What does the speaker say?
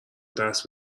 دست